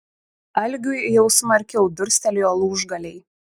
algiui jau smarkiau durstelėjo lūžgaliai